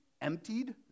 emptied